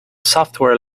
software